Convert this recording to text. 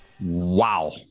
Wow